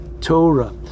Torah